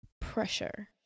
pressure